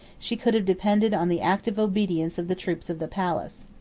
she could have depended on the active obedience of the troops of the palace.